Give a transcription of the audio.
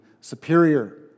superior